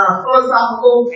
philosophical